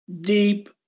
deep